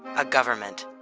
a government.